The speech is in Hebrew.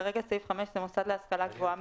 כרגע, סעיף 5 זה מוסד להשכלה גבוהה מתוקצב.